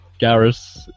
Garrus